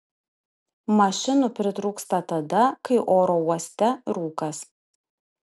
mašinų pritrūksta tada kai oro uoste rūkas